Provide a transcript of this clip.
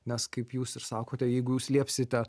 nes kaip jūs ir sakote jeigu jūs liepsite